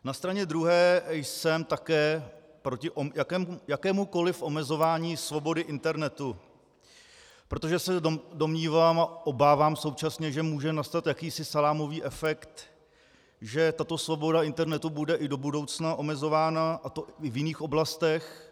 Na straně druhé jsem také proti jakémukoliv omezování svobody internetu, protože se domnívám a obávám současně, že může nastat jakýsi salámový efekt, že tato svoboda internetu bude i do budoucna omezována, a to i v jiných oblastech.